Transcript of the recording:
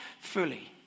fully